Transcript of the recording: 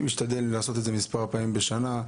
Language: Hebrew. אני משתדל לעשות את זה מספר פעמים בשנה.